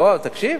לא, תקשיב.